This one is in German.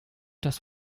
das